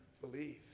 believe